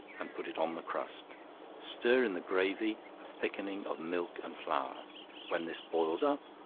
and put it on the crust stir in the gravy a thickening of milk and flour when this boils up,